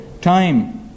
Time